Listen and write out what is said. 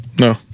No